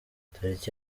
tariki